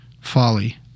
folly